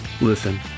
listen